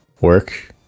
work